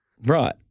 Right